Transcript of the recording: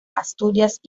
asturias